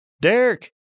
Derek